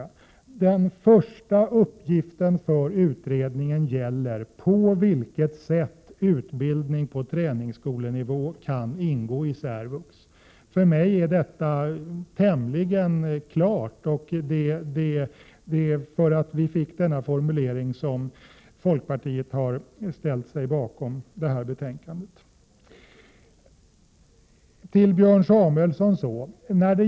Den har följande lydelse: ”Den första uppgiften för utredningen gäller på vilket sätt utbildning på träningsskolenivå kan ingå i särvux.” För mig är denna mening tämligen klar, och det är för att vi har fått till stånd denna formulering som folkpartiet har ställt sig bakom skrivningen i detta betänkande.